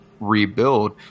rebuild